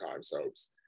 soaps